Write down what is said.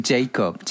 Jacob